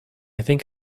think